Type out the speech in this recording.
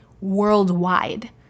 worldwide